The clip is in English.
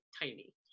tiny